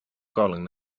calling